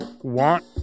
want